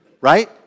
right